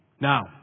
Now